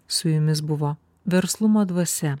su jumis buvo verslumo dvasia